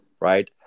right